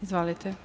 Izvolite.